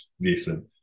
decent